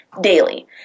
daily